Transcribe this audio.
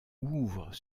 ouvrent